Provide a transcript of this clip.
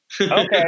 Okay